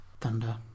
Thunder